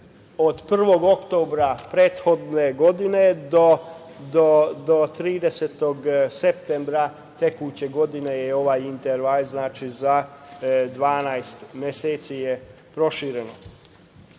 od 1. oktobra prethodne godine do 30. septembra tekuće godine je ovaj interval, znači, na 12 meseci je prošireno.U